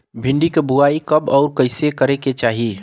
भिंडी क बुआई कब अउर कइसे करे के चाही?